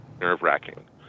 nerve-wracking